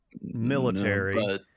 military